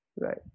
Right